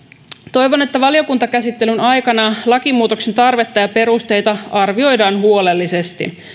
toivon että valiokuntakäsittelyn aikana lakimuutoksen tarvetta ja perusteita arvioidaan huolellisesti